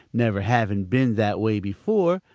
never having been that way before,